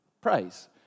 Praise